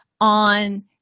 on